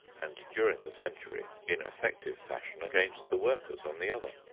and during the century in effective fashion against the workers on the other.